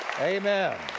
Amen